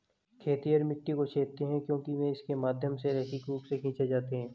खेतिहर मिट्टी को छेदते हैं क्योंकि वे इसके माध्यम से रैखिक रूप से खींचे जाते हैं